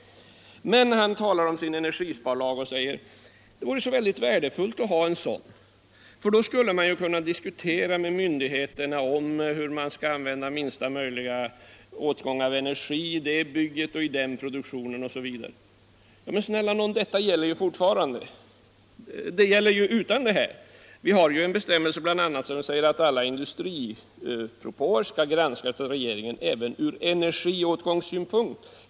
Energihushållning Herr Wirtén talar om sin energisparlag och säger att det vore så vären, m.m. defullt att ha en sådan för då skulle man kunna diskutera med myn digheterna om hur man skall få minsta möjliga åtgång av energi vid det bygget, i den produktionen osv. Men snälla nån, det gäller ju utan en sådan lag. Vi har en bestämmelse som bl.a. säger att alla industripropåer skall granskas av regeringen även från energiåtgångssynpunkt.